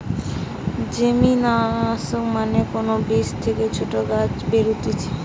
germination মানে কোন বীজ থেকে ছোট গাছ বেরুতিছে